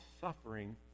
suffering